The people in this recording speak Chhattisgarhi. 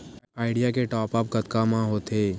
आईडिया के टॉप आप कतका म होथे?